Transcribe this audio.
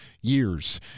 years